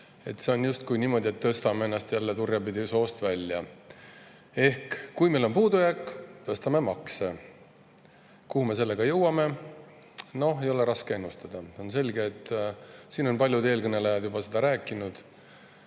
See on justkui niimoodi, et tõstame ennast jälle turjapidi soost välja. Ehk kui meil on puudujääk, tõstame makse. Kuhu me sellega jõuame? Ei ole raske ennustada, see on selge, siin on paljud eelkõnelejad sellest juba rääkinud.